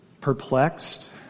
Perplexed